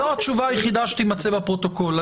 זאת התשובה היחידה שתימצא בפרוטוקול.